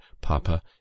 Papa